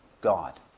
God